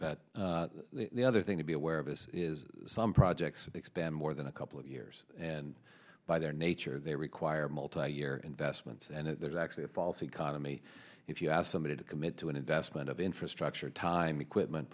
but the other thing to be aware of this is some projects that expand more than a couple of years and by their nature they require multi year investments and there's actually a false economy if you ask somebody to commit to an investment of infrastructure time equipment